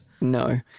No